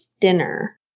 dinner